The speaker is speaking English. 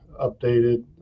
updated